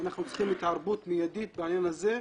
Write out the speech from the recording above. אנחנו צריכים התערבות מיידית בעניין הזה.